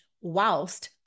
whilst